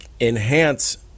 enhance